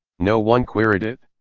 no one queried it.